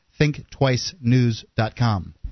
thinktwicenews.com